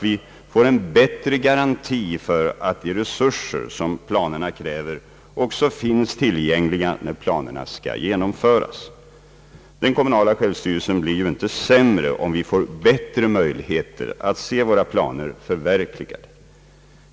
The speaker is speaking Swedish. Vi får en bättre garanti för att de resurser som planerna kräver också finns tillgängliga, när planerna skall genomföras. Den kommunala självstyrelsen blir ju inte sämre, om vi får bättre möjligheter att se våra planer förverkligade.